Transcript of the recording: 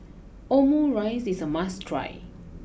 Omurice is a must try